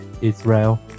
Israel